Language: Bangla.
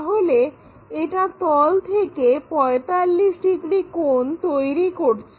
তাহলে এটা তল থেকে 45 ডিগ্রি কোণ তৈরি করছে